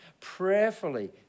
Prayerfully